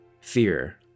Fear